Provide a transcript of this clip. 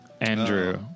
Andrew